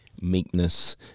meekness